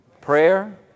Prayer